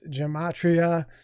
gematria